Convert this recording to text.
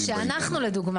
אני רק אגיד שאנחנו לדוגמא,